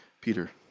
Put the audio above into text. peter